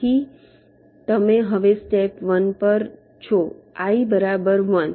તેથી તમે હવે સ્ટેપ 1 પર છો i બરાબર 1